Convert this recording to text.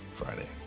friday